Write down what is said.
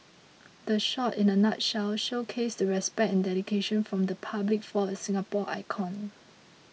the shot in a nutshell showcased the respect and dedication from the public for a Singapore icon